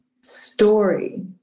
story